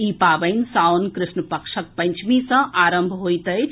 ई पावनि साओन कृष्ण पक्षक पंचमी सँ आरंभ होइत अछि